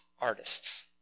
artists